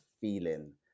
feeling